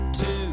two